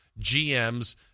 GMs